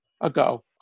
ago